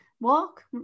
walk